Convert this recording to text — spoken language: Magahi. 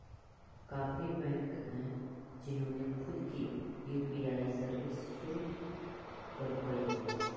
काफी बैंक हैं जिन्होंने खुद की यू.पी.आई सर्विस शुरू करकई हे